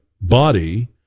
body